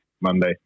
Monday